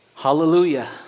Hallelujah